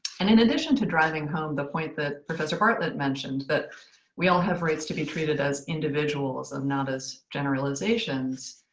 and in addition to driving home the point that professor bartlett mentioned, that we all have rights to be treated as individuals and not as generalizations,